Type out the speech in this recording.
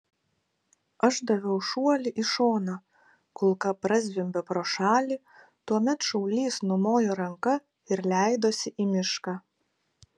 aš daviau šuolį į šoną kulka prazvimbė pro šalį tuomet šaulys numojo ranka ir leidosi į mišką